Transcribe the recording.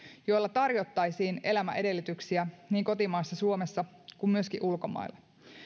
joilla tarjottaisiin elämän edellytyksiä niin kotimaassa suomessa kuin myöskin ulkomailla